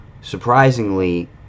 surprisingly